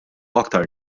aktar